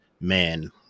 man